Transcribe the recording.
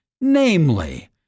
Namely